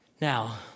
Now